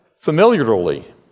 familiarly